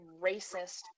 racist